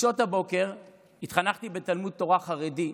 בשעות הבוקר התחנכתי בתלמוד תורה חרדי,